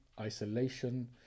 isolation